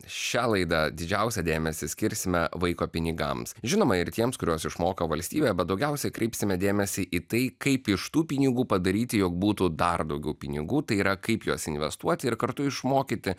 šią laidą didžiausią dėmesį skirsime vaiko pinigams žinoma ir tiems kuriuos išmoka valstybė bet daugiausiai kreipsime dėmesį į tai kaip iš tų pinigų padaryti jog būtų dar daugiau pinigų tai yra kaip juos investuoti ir kartu išmokyti